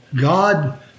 God